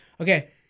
Okay